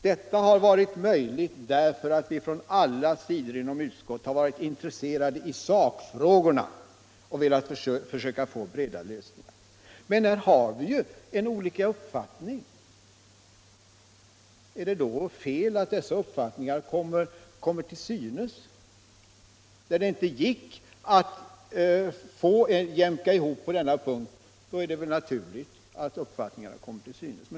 Detta har varit möjligt därför att vi från alla sidor inom utskottet har varit intresserade i sakfrågorna och velat försöka få breda lösningar. Men här har vi ju olika uppfattningar. Är det då fel att dessa uppfattningar kommer till synes? När det inte gick att jämka ihop på denna punkt, är det väl naturligt att våra uppfattningar kommer till synes.